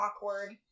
Awkward